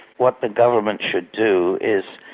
what the government should do is